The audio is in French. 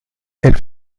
elle